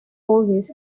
always